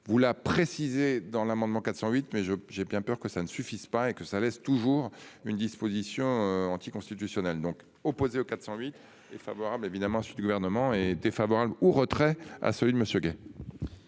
vous l'a précisé dans l'amendement 408 mais je, j'ai bien peur que ça ne suffisent pas et que ça laisse toujours. Une disposition anti-constitutionnelle donc opposé au 408 est favorable, évidemment celui du gouvernement est défavorable ou retrait à celui de monsieur